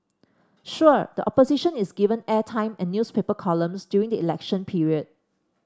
sure the Opposition is given airtime and newspaper columns during the election period